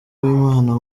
w’imana